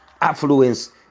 affluence